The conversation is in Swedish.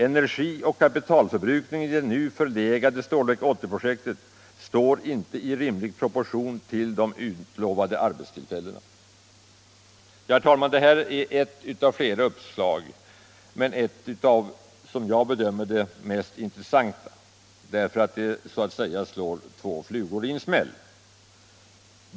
Energioch kapitalförbrukningen i det nu förlegade Stålverk 80-projektet står inte i rimlig proportion till de utlovade arbetstillfällena.” Herr talman! Det här är ett av flera uppslag, men som jag bedömer det ett av de mera intressanta, eftersom det så att säga slår två flugor i en smäll.